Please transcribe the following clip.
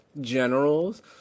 generals